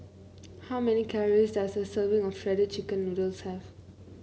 how many calories does a serving of Shredded Chicken Noodles have